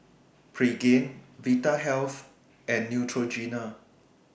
Pregain Vitahealth and Neutrogena